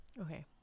okay